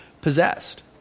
possessed